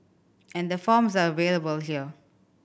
and the forms are available here